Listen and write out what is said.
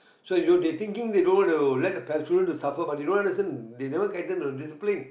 so you know they thinking they don't want to let the pa~ children to suffer but they don't understand they never get them to discipline